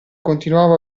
continuava